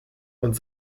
und